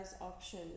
option